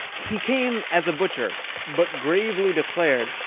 he came as a butcher but gravely declared,